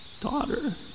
daughter